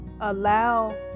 allow